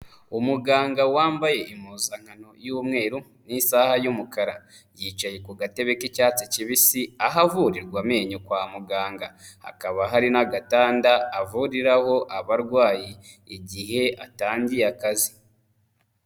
Umuganga wambaye impuzankano y'umweru n'isaha y'umukara. Yicaye ku gatebe k'icyatsi kibisi ahavurirwa amenyo kwa muganga; hakaba hari n'agatanda avuriraho abarwayi igihe atangiye akazi.